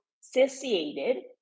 satiated